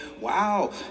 Wow